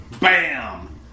bam